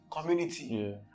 community